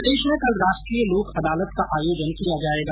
प्रदेश में कल राष्ट्रीय लोक अदालत का आयोजन किया जाएगा